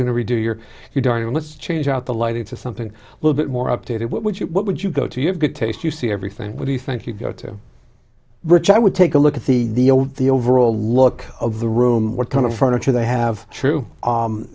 going to redo your you daryn let's change out the lighting to something a little bit more updated what would you what would you go to you have good taste you see everything what do you think you go to rich i would take a look at the the overall look of the room what kind of furniture they have true